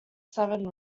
seven